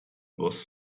boss